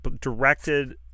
directed